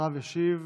אחריו ישיב